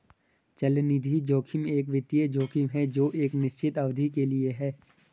चलनिधि जोखिम एक वित्तीय जोखिम है जो एक निश्चित अवधि के लिए है